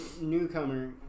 newcomer